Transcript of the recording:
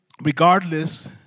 Regardless